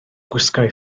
gwisgai